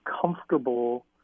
comfortable